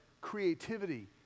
creativity